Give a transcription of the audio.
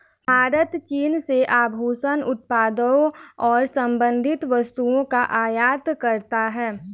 भारत चीन से आभूषण उत्पादों और संबंधित वस्तुओं का आयात करता है